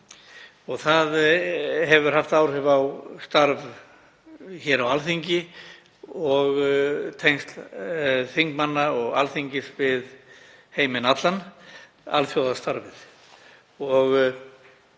og það hefur haft áhrif á starf á Alþingi og tengsl þingmanna og Alþingis við heiminn allan, alþjóðastarfið.